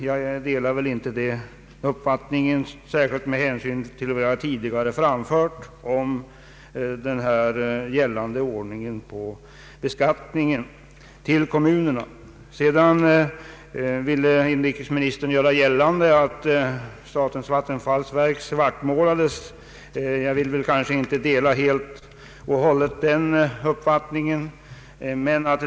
Jag delar inte denna uppfattning, särskilt med hänsyn till vad jag tidigare framfört om den gällande ordningen på det kommunala beskattningsområdet av statens vattenfallsverks kraftverksrörelse. Industriministern ville göra gällande att statens vattenfallsverk har svartmålats. Jag vill inte helt och hållet dela hans uppfattning.